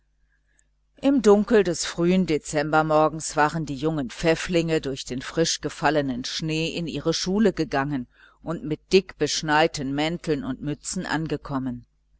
im dunkel des frühen dezembermorgens waren die jungen pfäfflinge durch den frischgefallenen schnee in ihre schulen gegangen und mit dickbeschneiten mänteln und mützen angekommen